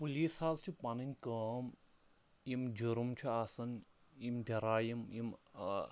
police حظ چھُ پَنٕنۍ کٲم یِم جُرُم چھِ آسان یِم جَرایِم یِم